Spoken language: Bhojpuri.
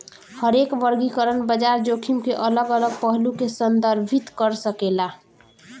हरेक वर्गीकरण बाजार जोखिम के अलग अलग पहलू के संदर्भित कर सकेला